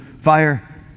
fire